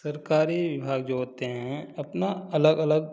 सरकारी विभाग जो होते हैं अपना अलग अलग